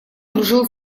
дружил